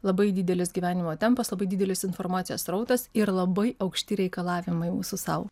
labai didelis gyvenimo tempas labai didelis informacijos srautas ir labai aukšti reikalavimai mūsų sau